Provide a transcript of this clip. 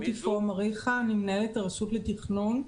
אני מנהלת הרשות לתכנון.